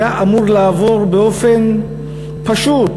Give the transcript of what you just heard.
היה אמור לעבור באופן פשוט.